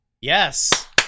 Yes